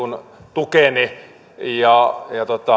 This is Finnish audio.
tukeni ja